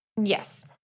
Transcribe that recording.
Yes